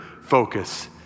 focus